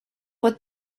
what